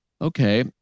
Okay